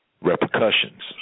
repercussions